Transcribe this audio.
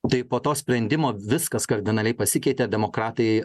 tai po to sprendimo viskas kardinaliai pasikeitė demokratai